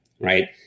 right